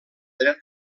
dret